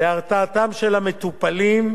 המטופלים,